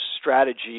strategy